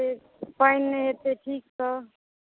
एक बेरा धुप होइ छै एक बेरा पानि होइ छै